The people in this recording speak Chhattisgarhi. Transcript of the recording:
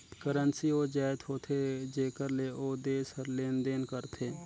करेंसी ओ जाएत होथे जेकर ले ओ देस हर लेन देन करथे